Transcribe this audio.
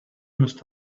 must